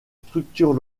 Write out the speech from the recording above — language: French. structures